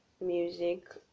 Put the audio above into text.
music